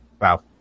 Wow